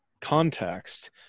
context